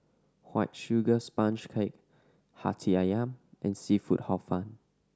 White Sugar Sponge Cake Hati Ayam and seafood Hor Fun